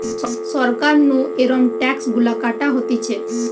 সরকার নু এরম ট্যাক্স গুলা কাটা হতিছে